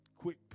Quick